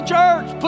church